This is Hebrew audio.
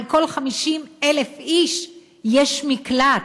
על כל 50,000 איש יש מקלט,